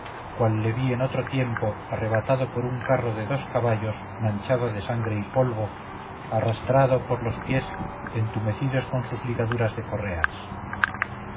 cual le vi en otro tiempo arrebatado por un carro de dos caballos manchado de sangre y polvo arrastrado por los pies entumecidos con sus ligaduras de correas